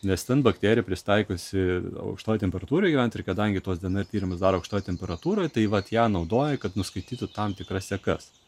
nes ten bakterija prisitaikiusi aukštoj temperatūroj gyventi ir kadangi tuos dnr tyrimus daro aukštoj temperatūroe tai vat ją naudoja kad nuskaitytų tam tikras sekas